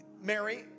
Mary